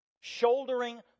Shouldering